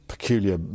peculiar